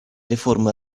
реформы